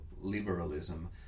liberalism